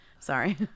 Sorry